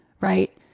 right